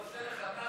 אני לא מבין בזה.